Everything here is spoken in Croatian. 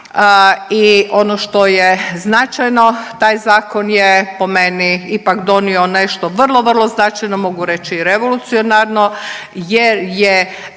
i ono što je značajno, taj Zakon je po meni ipak donio nešto vrlo, vrlo značajno, mogu reći i revolucionarno jer je